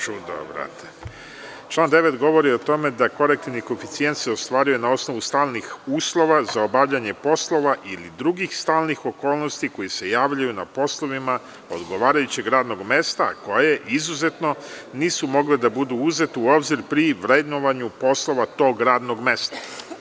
Član 9. govori o tome da korektivni koeficijent se ostvaruje na osnovu stalnih uslova za obavljanje poslova ili drugih stalnih okolnosti koje se javljaju na poslovima odgovarajućeg radnog mesta koje izuzetno nisu mogle da budu uzete u obzir pri vrednovanju poslova tog radnog mesta.